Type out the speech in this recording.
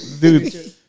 dude